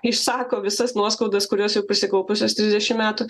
išsako visas nuoskaudas kurios jau prisikaupusios trisdešimt metų